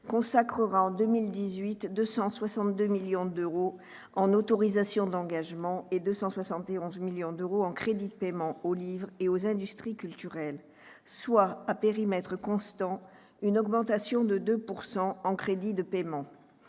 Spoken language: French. consacrera, en 2018, 262 millions d'euros en autorisations d'engagement et 271 millions d'euros en crédits de paiement au livre et aux industries culturelles, soit, à périmètre constant, une augmentation de 2 % en crédits de paiement.